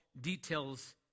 Details